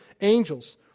angels